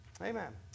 Amen